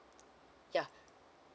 yeah